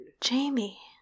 Jamie